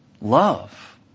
love